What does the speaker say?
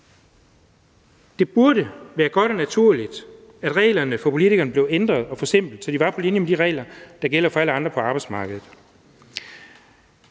Det burde være godt og naturligt, at reglerne for politikerne blev ændret og forsimplet, så de var på linje med de regler, der gælder for alle andre på arbejdsmarkedet.